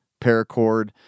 paracord